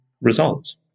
results